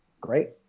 Great